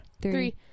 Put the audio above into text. three